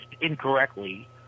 incorrectly